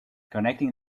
connecting